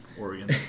Oregon